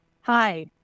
Hi